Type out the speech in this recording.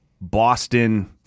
Boston